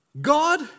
God